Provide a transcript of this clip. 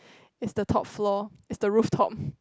it's the top floor it's the roof top